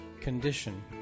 condition